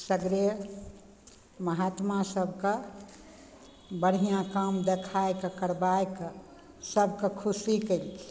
सगरे महात्मा सबके बढ़िआँ काम देखायके करबायके सबके खुशी कयलखिन